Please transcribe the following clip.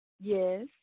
Yes